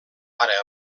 ara